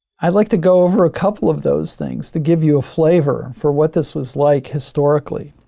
i'd like to go over a couple of those things to give you a flavor for what this was like historically.